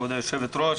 כבוד היושבת-ראש,